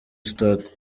stade